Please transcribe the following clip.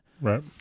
Right